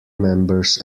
members